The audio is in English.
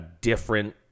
different